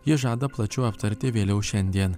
jis žada plačiau aptarti vėliau šiandien